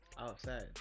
Outside